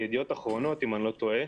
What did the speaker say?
בידיעות אחרונות אם אני לא טועה,